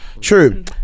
True